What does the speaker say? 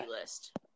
list